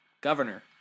governor